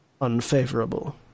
unfavorable